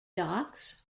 docks